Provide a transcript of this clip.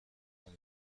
آگاه